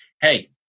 hey